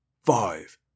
five